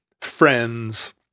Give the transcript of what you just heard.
friends